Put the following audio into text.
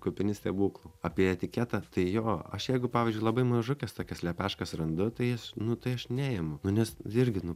kupini stebuklų apie etiketą tai jo aš jeigu pavyzdžiui labai mažukes tokias lepeškas randu tai jas nu tai aš neimu nu nes irgi nu